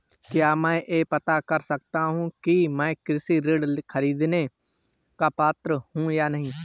क्या मैं यह पता कर सकता हूँ कि मैं कृषि ऋण ख़रीदने का पात्र हूँ या नहीं?